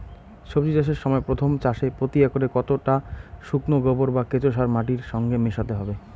সবজি চাষের সময় প্রথম চাষে প্রতি একরে কতটা শুকনো গোবর বা কেঁচো সার মাটির সঙ্গে মেশাতে হবে?